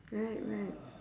right right